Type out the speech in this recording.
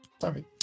Sorry